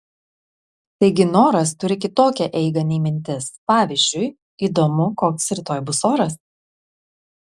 taigi noras turi kitokią eigą nei mintis pavyzdžiui įdomu koks rytoj bus oras